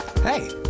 Hey